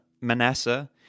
Manasseh